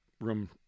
room